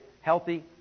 healthy